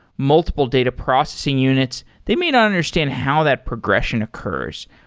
multiple data processing units. they may not understand how that progression occurs.